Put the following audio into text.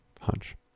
Hunch